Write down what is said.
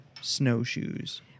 snowshoes